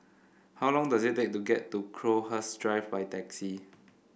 how long does it take to get to Crowhurst Drive by taxi